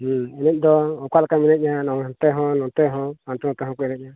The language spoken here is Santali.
ᱦᱮᱸ ᱮᱱᱮᱡ ᱫᱚ ᱚᱠᱟ ᱞᱮᱠᱟᱢ ᱮᱱᱮᱡᱟ ᱦᱟᱱᱛᱮ ᱦᱚᱸ ᱱᱚᱛᱮ ᱦᱚᱸ ᱦᱟᱱᱛᱮ ᱱᱷᱟᱛᱮ ᱦᱚᱸ ᱠᱚ ᱮᱱᱮᱡᱟ